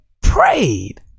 prayed